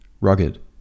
rugged